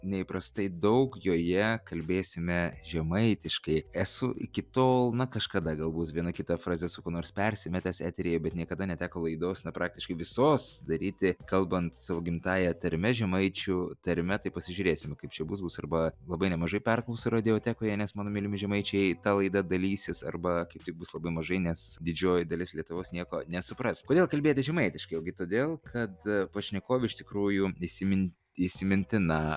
neįprastai daug joje kalbėsime žemaitiškai esu iki tol na kažkada galbūt viena kita fraze su kuo nors persimetęs eteryje bet niekada neteko laidos na praktiškai visos daryti kalbant savo gimtąja tarme žemaičių tarme tai pasižiūrėsime kaip čia bus arba labai nemažai perklausų radiotekoje nes mano mylimi žemaičiai ta laida dalysis arba kaip tik bus labai mažai nes didžioji dalis lietuvos nieko nesupras kodėl kalbėti žemaitiškai ogi todėl kad pašnekovė iš tikrųjų įsimin įsimintina